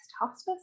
hospice